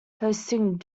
hosting